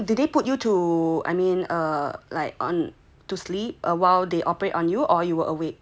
oh then did they put you to I mean err like on to sleep while they operate on you or you were awake at that point of time